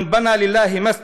(אומר דברים בערבית